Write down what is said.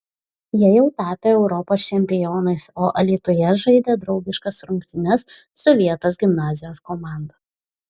jie jau tapę europos čempionais o alytuje žaidė draugiškas rungtynes su vietos gimnazijos komanda